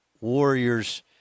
Warriors